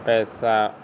ਪੈਸਾ